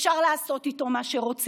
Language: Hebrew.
אפשר לעשות איתו מה שרוצים.